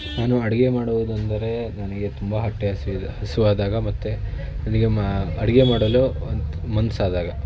ನಾನು ಅಡಿಗೆ ಮಾಡುವುದೆಂದರೆ ನನಗೆ ತುಂಬ ಹೊಟ್ಟೆ ಹಸಿದ ಹಸಿವಾದಾಗ ಮತ್ತು ಅಡುಗೆ ಮಾ ಅಡುಗೆ ಮಾಡಲು ಮನಸ್ಸಾದಾಗ